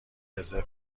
رزرو